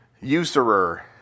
usurer